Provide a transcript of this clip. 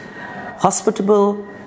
hospitable